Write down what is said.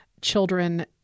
children